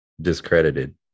discredited